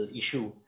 issue